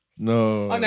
No